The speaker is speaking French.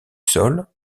sol